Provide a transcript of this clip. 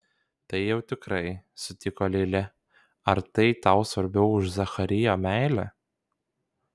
tai jau tikrai sutiko lilė ar tai tau svarbiau už zacharijo meilę